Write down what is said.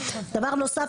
דבר נוסף,